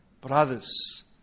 brothers